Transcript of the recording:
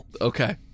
Okay